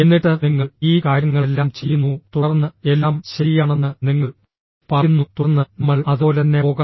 എന്നിട്ട് നിങ്ങൾ ഈ കാര്യങ്ങളെല്ലാം ചെയ്യുന്നു തുടർന്ന് എല്ലാം ശരിയാണെന്ന് നിങ്ങൾ പറയുന്നു തുടർന്ന് നമ്മൾ അതുപോലെ തന്നെ പോകണം